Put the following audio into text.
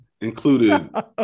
included